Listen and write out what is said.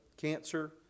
cancer